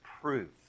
proof